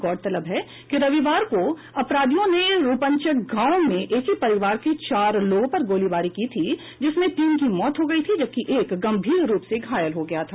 गौरतलब है कि रविवार को अपराधियों ने रूपन चक गांव में को एक ही परिवार के चार लोगों पर गोलीबारी की थी जिसमें तीन की मौत हो गयी थी जबकि एक गम्भीर रूप से घायल हो गया था